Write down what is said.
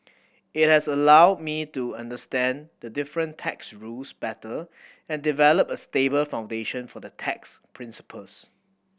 it has allowed me to understand the different tax rules better and develop a stable foundation for the tax principles